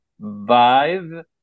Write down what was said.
vibe